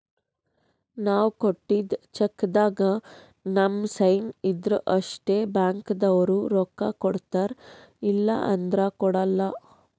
ನಾವ್ ಕೊಟ್ಟಿದ್ದ್ ಚೆಕ್ಕ್ದಾಗ್ ನಮ್ ಸೈನ್ ಇದ್ರ್ ಅಷ್ಟೇ ಬ್ಯಾಂಕ್ದವ್ರು ರೊಕ್ಕಾ ಕೊಡ್ತಾರ ಇಲ್ಲಂದ್ರ ಕೊಡಲ್ಲ